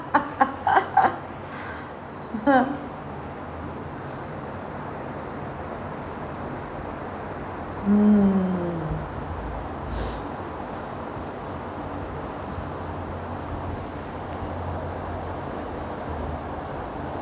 mm